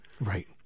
Right